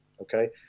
Okay